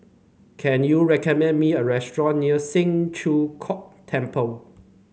can you recommend me a restaurant near Siang Cho Keong Temple